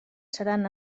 seran